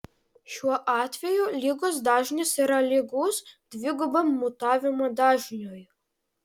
šiuo atveju ligos dažnis yra lygus dvigubam mutavimo dažniui